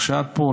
אז כשאת פה,